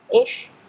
ish